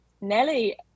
Nelly